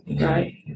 Right